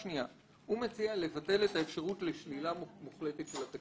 נקודה שנייה הוא מציע לבטל את האפשרות לשלילה מוחלטת של התקציב.